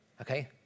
okay